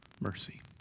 mercy